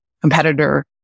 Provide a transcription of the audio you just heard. competitor